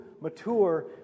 mature